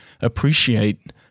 appreciate